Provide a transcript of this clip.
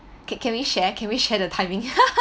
can can we share can we share the timing